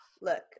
Look